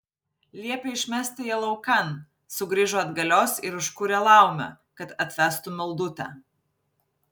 liepė išmesti ją laukan sugrįžo atgalios ir užkūrė laumę kad atvestų mildutę